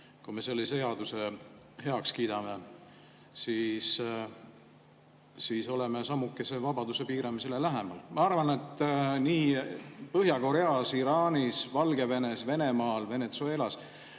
Kui me selle seaduse heaks kiidame, siis oleme sammukese vabaduse piiramisele lähemal. Ma arvan, et Põhja-Koreas, Iraanis, Valgevenes, Venemaal, Venezuelas